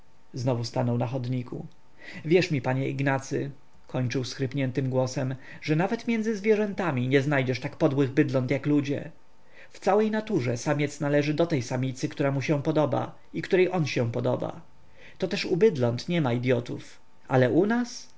znowu stanął na chodniku wierz mi panie ignacy kończył schrypniętym głosem że nawet między zwierzętami nie znajdziesz tak podłych bydląt jak ludzie w całej naturze samiec należy do tej samicy która mu się podoba i której on się podoba to też u bydląt niema idyotów ale u nas